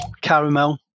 caramel